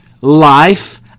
life